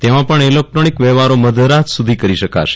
તેમાં પણ ઇલેક્ટ્રોનિક વ્યવહારો મધરાત સુધી કરી શકાશે